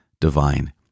divine